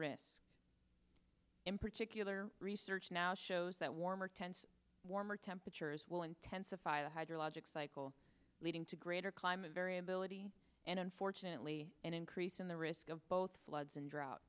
risk in particular research now shows that warmer tense warmer temperatures will intensify the hydrologic cycle leading to greater climate variability and unfortunately an increase in the risk of both floods and drought